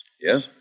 Yes